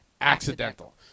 accidental